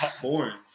Foreign